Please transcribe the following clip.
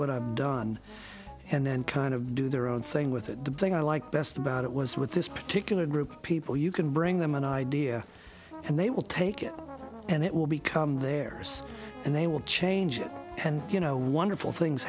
what i've done and then kind of do their own thing with it the thing i like best about it was with this particular group of people you can bring them an idea and they will take it and it will become there's and they will change it and you know wonderful things